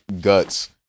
guts